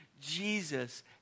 Jesus